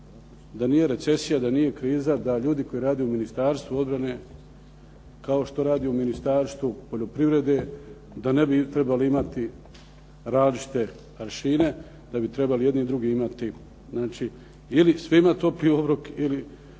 da nije recesija, da nije kriza, da ljudi koji rade u Ministarstvu obrane kao što radi u Ministarstvu poljoprivrede da ne bi trebali imati različite .../Govornik se ne razumije./... da bi trebali i jedni i drugi imati, znači ili svima topli obrok,